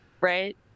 right